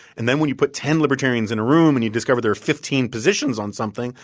and then when you put ten libertarians in a room and you discover there are fifteen positions on something,